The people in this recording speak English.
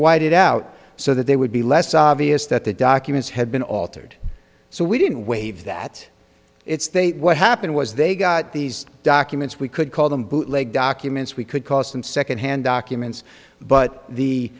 whited out so that they would be less obvious that the documents had been altered so we didn't wave that it's they what happened was they got these documents we could call them bootleg documents we could cost them secondhand documents but the